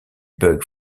bugs